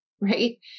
right